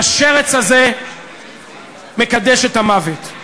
השרץ הזה מקדש את המוות,